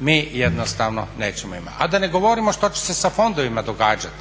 mi jednostavno nećemo imati. A da ne govorimo što će se sa fondovima događati